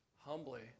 Humbly